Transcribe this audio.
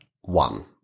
one